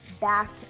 back